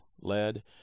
lead